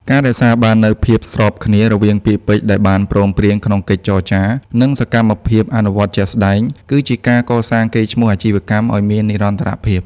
ការរក្សាបាននូវ "ភាពស្របគ្នា" រវាងពាក្យពេចន៍ដែលបានព្រមព្រៀងក្នុងកិច្ចចរចា និងសកម្មភាពអនុវត្តជាក់ស្ដែង គឺជាការកសាងកេរ្តិ៍ឈ្មោះអាជីវកម្មឱ្យមាននិរន្តរភាព។